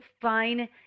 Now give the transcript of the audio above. fine